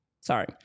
Sorry